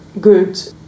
good